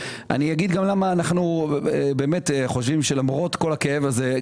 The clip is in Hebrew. אני אגיד גם למה אנחנו חושבים שלמרות כל הכאב הזה,